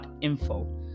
.info